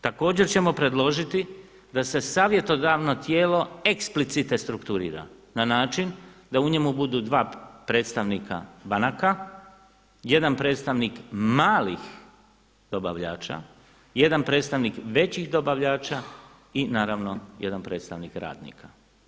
Također ćemo predložiti da se savjetodavno tijelo eksplicite strukturira na način da u njemu budu dva predstavnika banaka, jedan predstavnik malih dobavljača, jedan predstavnik većih dobavljača i naravno jedan predstavnik radnika.